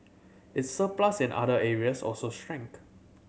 its surplus in other areas also shrank